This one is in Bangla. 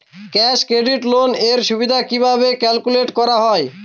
ক্যাশ ক্রেডিট লোন এর সুদ কিভাবে ক্যালকুলেট করা হয়?